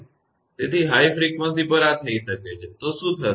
તેથી high frequency પર આ થઈ શકે છે તો શું થશે